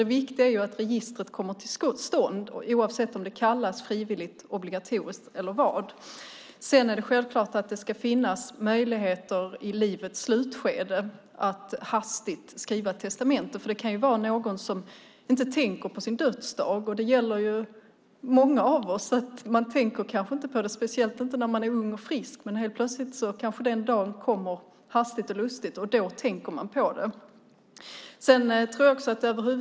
Det viktiga är att registret kommer till stånd oavsett om det kallas frivilligt, obligatoriskt eller något annat. Självklart ska det finnas möjlighet att i livets slutskede hastigt skriva ett testamente. En del tänker kanske inte på sin dödsdag. Det gäller många av oss, särskilt när man är ung och frisk. Men helt plötsligt kanske den dagen kommer, och då tänker man på det.